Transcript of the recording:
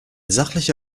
sachliche